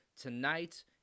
tonight